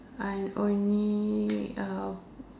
and only uh